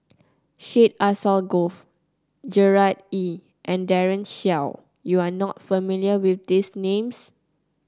Syed Alsagoff Gerard Ee and Daren Shiau you are not familiar with these names